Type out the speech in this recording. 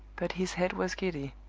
but his head was giddy,